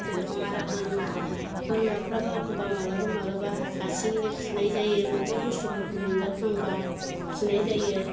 जेरखम आरो बोरमा बोरमाफोराबो एखमब्ला माब्लाबा माब्लाबा हारसिंनो खिनाय जायो बबेबा बुस्थुफोरखौ मोनजाफ्लांबा खिनाय जायो